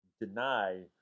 deny